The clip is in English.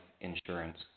insurance